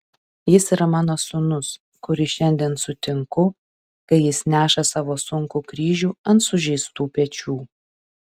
jis yra mano sūnus kurį šiandien sutinku kai jis neša savo sunkų kryžių ant sužeistų pečių